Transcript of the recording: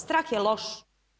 Strah je loš.